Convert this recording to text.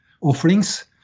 offerings